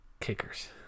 Kickers